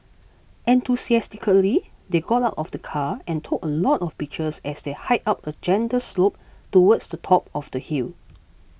enthusiastically they got out of the car and took a lot of pictures as they hiked up a gentle slope towards the top of the hill